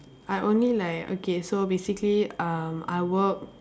I only like okay so basically um I worked